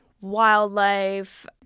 Wildlife